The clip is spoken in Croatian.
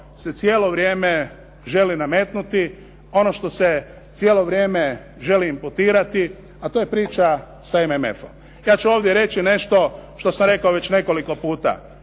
se cijelo vrijeme želi nametnuti, ono što se cijelo vrijeme želi imputirati a to je priča sa MMF-om. Ja ću ovdje reći nešto što sam rekao već nekoliko puta,